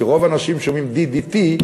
כי רוב האנשים שומעים DDT,